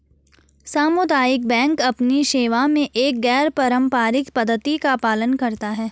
सामुदायिक बैंक अपनी सेवा में एक गैर पारंपरिक पद्धति का पालन करते हैं